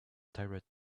tired